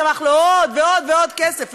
צמח לו עוד ועוד ועוד כסף.